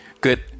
good